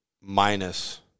minus